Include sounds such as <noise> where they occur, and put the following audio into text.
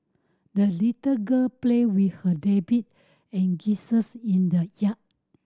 the little girl played with her rabbit and geese <unintelligible> in the yard